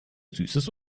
süßes